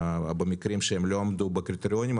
במקרים שהם לא עמדו בקריטריונים,